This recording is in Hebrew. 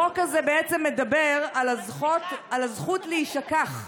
החוק הזה מדבר על הזכות להישכח.